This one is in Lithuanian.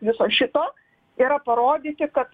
viso šito yra parodyti kad